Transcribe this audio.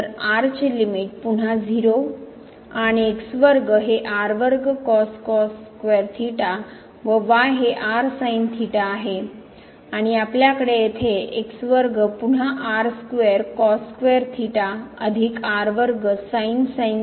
तर r चे limit पुन्हा 0 आणि x वर्ग हे r वर्ग square thetaव y हे r sin theta आहे आणि आपल्याकडे येथे x वर्ग पुन्हा r square square अधिक r वर्ग square theta आहे